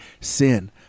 sin